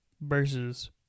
versus